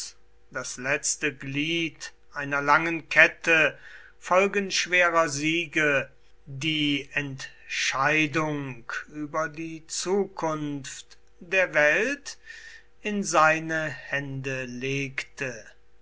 das letzte glied einer langen kette folgenschwerer siege die entscheidung über die zukunft der welt in seine hände legte